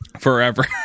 Forever